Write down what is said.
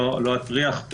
לא אטריח,